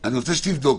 אני רוצה שתבדוק,